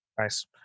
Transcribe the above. Nice